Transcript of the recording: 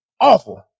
awful